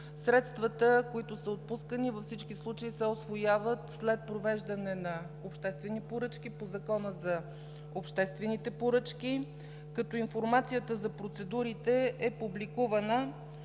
Средствата, които са отпускани във всички случаи се усвояват след провеждане на обществени поръчки по Закона за обществените поръчки, като информацията за процедурите е публикувана